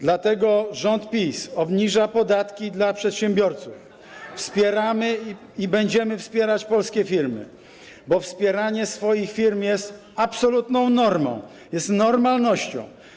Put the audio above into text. Dlatego rząd PiS obniża podatki dla przedsiębiorców (Poruszenie na sali), wspieramy i będziemy wspierać polskie firmy, bo wspieranie swoich firm jest absolutną normą, jest normalnością.